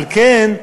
על כן,